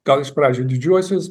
gal iš pradžių didžiuosius